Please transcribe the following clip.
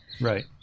Right